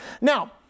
Now